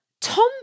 Tom